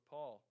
Paul